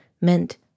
meant